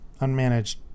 unmanaged